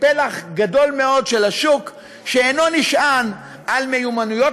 פלח גדול מאוד של השוק שאינו נשען על מיומנויות